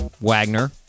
Wagner